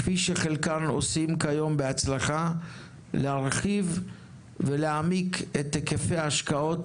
כפי שחלקם עושים כיום בהצלחה; להרחיב ולהעמיק את היקפי ההשקעות